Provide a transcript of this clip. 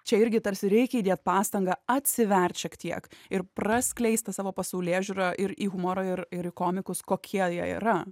čia irgi tarsi reikia įdėt pastangą atsivert šiek tiek ir praskleist tą savo pasaulėžiūrą ir į humorą ir ir į komikus kokie jie yra